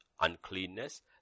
uncleanness